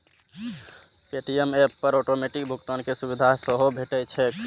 Paytm app पर automatic भुगतान के सुविधा सेहो भेटैत छैक